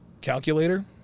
calculator